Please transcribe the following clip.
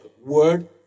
word